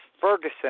Ferguson